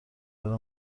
داره